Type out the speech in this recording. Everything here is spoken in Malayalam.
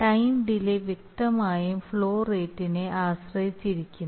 ടൈം ഡിലേ വ്യക്തമായും ഫ്ലോ റേറ്റിനെ ആശ്രയിച്ചിരിക്കുന്നു